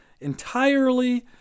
entirely